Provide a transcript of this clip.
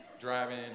driving